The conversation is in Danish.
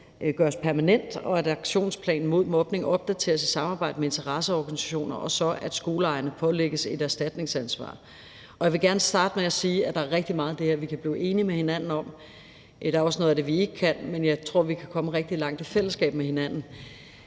gøres permanent, og at aktionsplanen mod mobning opdateres i samarbejde med interesseorganisationer, og så at skoleejerne pålægges et erstatningsansvar. Jeg vil gerne starte med at sige, at der er rigtig meget af det her, vi kan blive enige med hinanden om. Der er også noget af det, vi ikke kan. Men jeg tror, at vi kan komme rigtig langt i fællesskab. Og bare